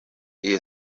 iyo